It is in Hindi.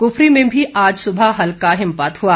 कुफरी में भी आज सुबह हल्का हिमपात हुआ